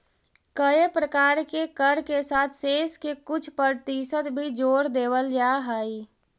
कए प्रकार के कर के साथ सेस के कुछ परतिसत भी जोड़ देवल जा हई